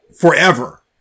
forever